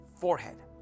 forehead